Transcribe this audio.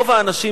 רוב האנשים,